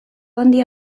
handia